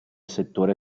settore